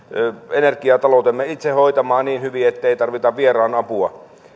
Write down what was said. energiataloutemme itse hoitamaan niin hyvin ettei tarvita vieraan apua